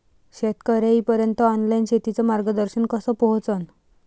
शेतकर्याइपर्यंत ऑनलाईन शेतीचं मार्गदर्शन कस पोहोचन?